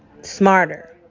Smarter